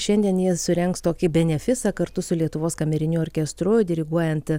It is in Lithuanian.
šiandien jie surengs tokį benefisą kartu su lietuvos kameriniu orkestru diriguojant